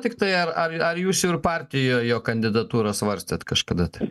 tiktai ar ar ar jūs jau ir partijoj jo kandidatūrą svarstėt kažkada tai